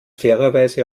fairerweise